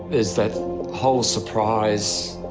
there's that whole surprise,